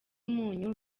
umunyu